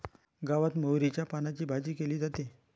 गावात मोहरीच्या पानांची भाजी केली जाते